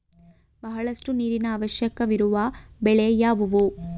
ಬಹಳಷ್ಟು ನೀರಿನ ಅವಶ್ಯಕವಿರುವ ಬೆಳೆ ಯಾವುವು?